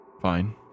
Fine